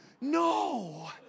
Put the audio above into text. No